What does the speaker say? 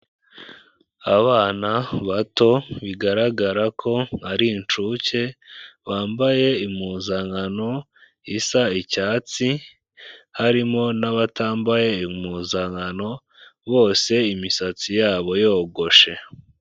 Abana bato bigaragara ko ari incuke bambaye impuzankano isa icyatsi, harimo n'abatambaye umpuzankano, bose imisatsi yabo yogoshe.